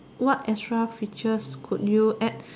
what extra features could you add